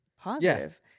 positive